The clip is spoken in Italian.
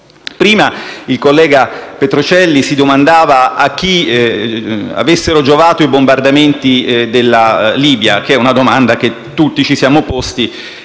Prima il collega Petrocelli si domandava a chi avessero giovato i bombardamenti della Libia, che è una domanda che tutti ci siamo posti